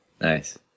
Nice